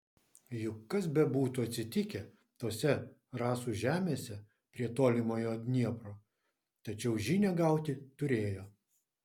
juk kas bebūtų atsitikę tose rasų žemėse prie tolimojo dniepro tačiau žinią gauti turėjo